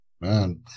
Man